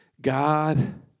God